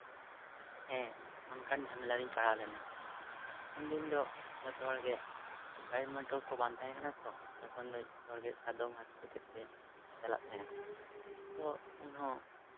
ᱦᱮᱸ ᱚᱱᱠᱟᱱ ᱡᱷᱟᱢᱮᱞᱟ ᱨᱮᱧ ᱯᱟᱲᱟᱣ ᱞᱮᱱᱟ ᱩᱱ ᱫᱤᱱ ᱫᱚ ᱡᱚᱛᱚᱦᱚᱲ ᱜᱮ ᱜᱟᱹᱰᱤ ᱢᱚᱴᱚᱨ ᱠᱚ ᱵᱟᱝ ᱛᱟᱦᱮᱸ ᱠᱟᱱᱟ ᱛᱚ ᱛᱚᱠᱷᱚᱱ ᱫᱚ ᱡᱚᱛᱚ ᱦᱚᱲᱜᱮ ᱥᱟᱫᱚᱢ ᱦᱟᱹᱛᱤ ᱠᱚᱛᱮ ᱛᱮ ᱪᱟᱞᱟᱜ ᱛᱟᱦᱮᱸᱜ ᱠᱚ ᱛᱚ ᱩᱱᱦᱚᱸ